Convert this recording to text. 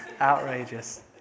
Outrageous